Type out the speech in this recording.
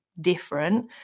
different